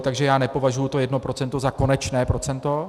Takže já nepovažuji to jedno procento za konečné procento.